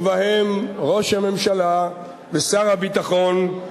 ובהם ראש הממשלה ושר הביטחון,